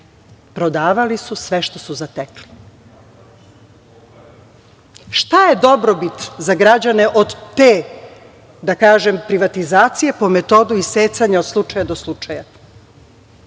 Prodavali su sve što su zatekli. Šta je dobrobit za građana od te, da kažem privatizacije, po metodu isecanja od slučaja do slučaja.